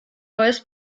neues